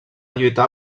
lluitar